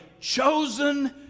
chosen